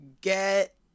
Get